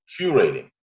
curating